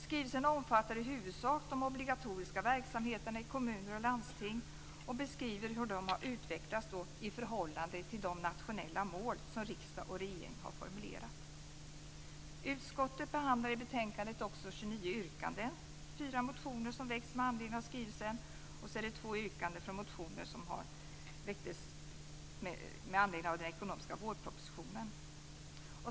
Skrivelsen omfattar i huvudsak de obligatoriska verksamheterna i kommuner och landsting och beskriver hur dessa utvecklas i förhållande till de nationella mål som riksdag och regering har formulerat. Utskottet behandlar i betänkandet också 29 yrkanden i fyra motioner som väckts med anledning av skrivelsen. Så är det två yrkanden från motioner som väcktes med anledning av den ekonomiska vårpropositionen.